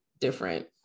different